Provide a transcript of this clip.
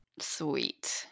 Sweet